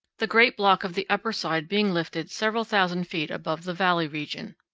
the great block of the upper side being lifted several thousand feet above the valley region.